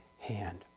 hand